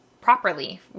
properly